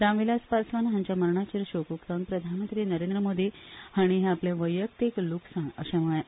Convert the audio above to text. रामविलास पासवान हांच्या मरणाचेर शोक उक्तावन प्रधानमंत्री नरेंद्र मोदी हांणी हे आपलें वैयक्तीक लुकसाण अशें म्हळें